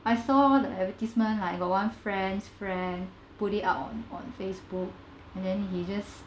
I saw the advertisement I got one friend's friend put it out on on Facebook and then he just